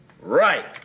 Right